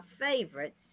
favorites